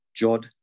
JOD